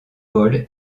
paul